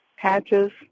patches